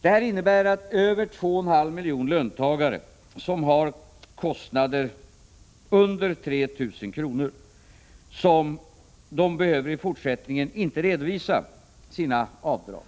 Detta innebär att över 2,5 miljoner löntagare som har kostnader under 3 000 kr. inte behöver redovisa sina avdrag.